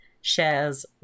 shares